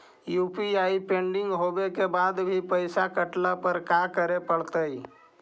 UPI pending होवे के बाद भी पैसा कटला पर का करे पड़तई?